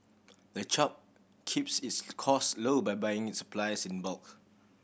the chop keeps its cost low by buying its supplies in bulk